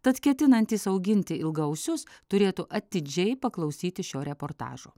tad ketinantys auginti ilgaausius turėtų atidžiai paklausyti šio reportažo